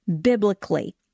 biblically